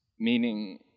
meaning